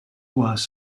was